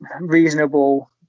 reasonable